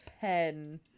pen